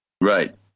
right